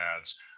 ads